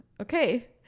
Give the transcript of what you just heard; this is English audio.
Okay